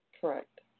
Correct